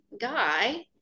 guy